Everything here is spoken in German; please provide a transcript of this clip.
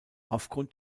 aufgrund